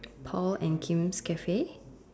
Paul and Kim's cafe